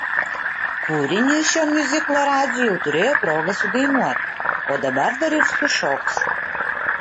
kūrinį iš šio miuziklo radži jau turėjo progą sudainuoti o dabar dar ir sušoks